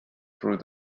through